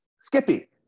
Skippy